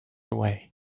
away